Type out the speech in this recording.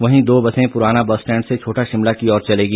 वहीं दो बसें पुराना बस स्टैंड से छोटा शिमला की ओर चलेगी